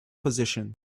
position